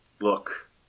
Look